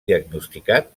diagnosticat